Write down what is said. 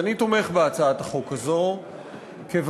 אני תומך בהצעת החוק הזאת כיוון